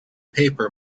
paper